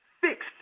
fixed